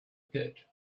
pit